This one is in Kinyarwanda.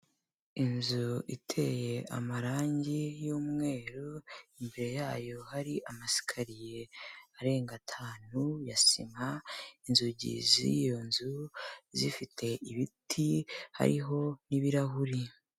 Inzu iteye amarangi y'umweru, imbere yayo hari amasikariye arenga atanu ya sima, inzugi z'iyo nzu zifite ibiti hariho n'ibirahuri.